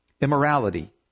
Immorality